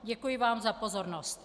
Děkuji vám za pozornost.